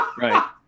right